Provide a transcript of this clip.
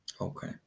Okay